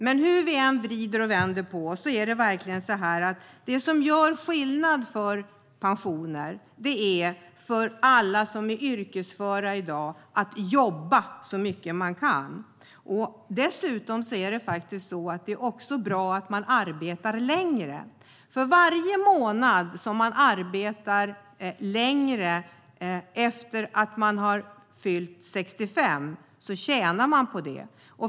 Det som gör skillnad för pensionerna, hur vi än vrider och vänder på det, är att alla som är yrkesföra jobbar så mycket man kan. Dessutom är det bra att arbeta längre. För varje månad som man arbetar längre efter att man har fyllt 65 tjänar man på det.